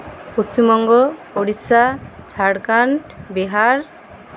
Paschim Banga Odisha Jharkhand Bihar